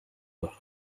was